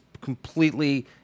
completely